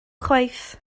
chwaith